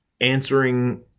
answering